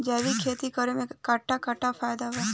जैविक खेती करे से कट्ठा कट्ठा फायदा बा?